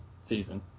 season